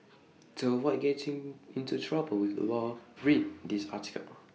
to avoid getting into trouble with the law read this article